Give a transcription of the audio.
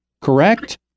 correct